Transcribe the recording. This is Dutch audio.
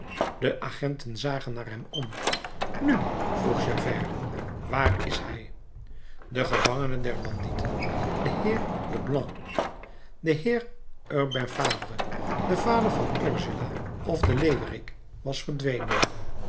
de agenten zagen naar hem om nu vroeg javert waar is hij de gevangene der bandieten de heer leblanc de heer urbain fabre de vader van ursula of de leeuwerik was verdwenen